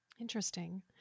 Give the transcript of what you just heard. Interesting